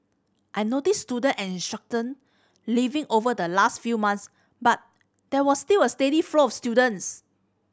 I noticed student and leaving over the last few months but there was still a steady flow of students